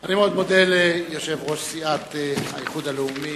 אני מאוד מודה ליושב-ראש סיעת האיחוד הלאומי,